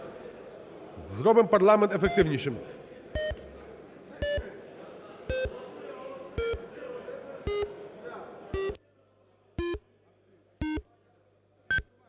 Зробимо парламент ефективнішим.